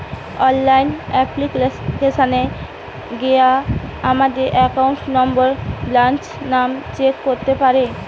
online অ্যাপ্লিকেশানে গিয়া আমাদের একাউন্ট নম্বর, ব্রাঞ্চ নাম চেক করতে পারি